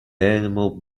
animal